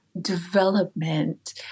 development